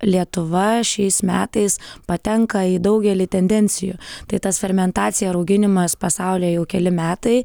lietuva šiais metais patenka į daugelį tendencijų tai tas fermentacija rauginimas pasaulyje jau keli metai